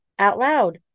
OUTLOUD